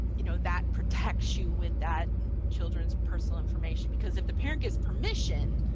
you know that protects you with that children's personal information. because if the parent gives permission,